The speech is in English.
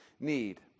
need